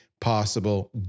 possible